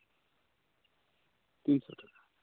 ᱯᱮ ᱥᱟᱭ ᱴᱟᱠᱟ